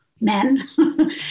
men